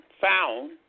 found